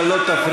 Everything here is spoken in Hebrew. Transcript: אבל לא תפריעו.